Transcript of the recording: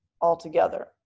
altogether